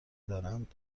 دارند